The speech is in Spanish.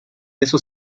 esos